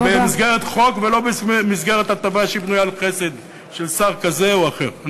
ובמסגרת חוק ולא במסגרת הטבה שבנויה על חסד של שר כזה או אחר.